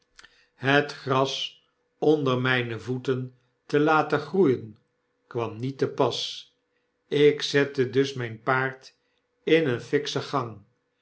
het gras onder myne voeten te laten groeien kwam niet te pas ik zette dus myn paard in een fikschen gang